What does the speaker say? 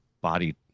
body